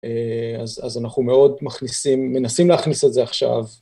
אז אנחנו מאוד מכניסים, מנסים להכניס את זה עכשיו.